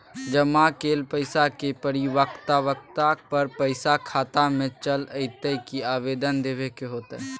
जमा कैल पैसा के परिपक्वता पर पैसा खाता में चल अयतै की आवेदन देबे के होतै?